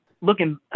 looking